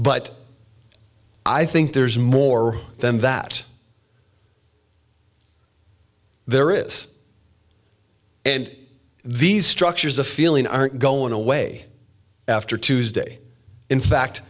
but i think there's more than that there is and these structures of feeling aren't going away after tuesday in fact